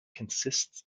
consists